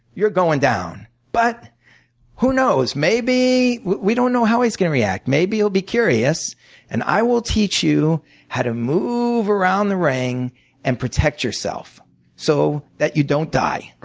you're going down. but who knows? we don't know how he's going to react. maybe he'll be curious and i will teach you how to move around the ring and protect yourself so that you don't die.